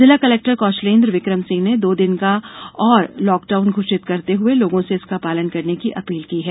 जिला कलेक्टर कौशलेन्द्र विक्रम सिंह दो दिन का और लॉकडाउन घोषित करते हुए लोगों से इसका पालन करने की अपील की है